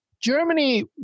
Germany